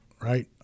right